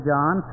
John